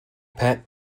pet